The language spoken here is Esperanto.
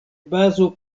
bazo